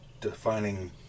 defining